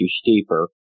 steeper